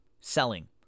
selling